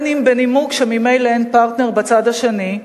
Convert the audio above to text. אם בנימוק שממילא אין פרטנר בצד השני,